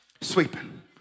sweeping